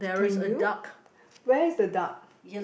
can you where is the duck